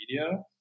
media